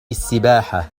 السباحة